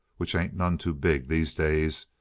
which ain't none too big, these days.